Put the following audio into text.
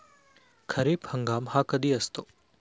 खरीप हंगाम हा कधी असतो?